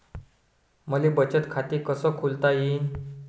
मले बचत खाते कसं खोलता येईन?